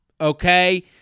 okay